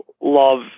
Love